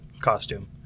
costume